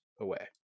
away